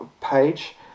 page